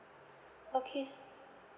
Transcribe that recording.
okay